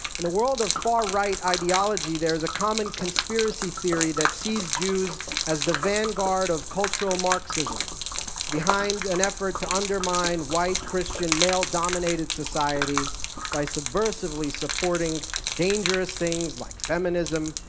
in a world of far-right ideology, there is a common conspiracy theory that sees jews as the vanguard of cultural marxism behind an effort to undermine white christian male-dominated society by subversively supporting dangerous things like feminism,